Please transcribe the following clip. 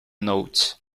note